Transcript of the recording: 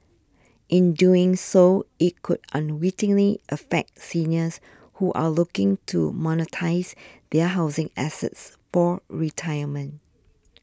in doing so it could unwittingly affect seniors who are looking to monetise their housing assets for retirement